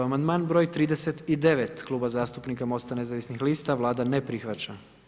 Amandman broj 39 Kluba zastupnika Mosta nezavisnih lista, Vlada ne prihvaća.